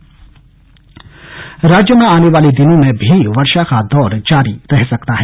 मौसम राज्य में आने वाले दिनों में भी वर्षा का दौर जारी रह सकता है